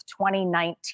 2019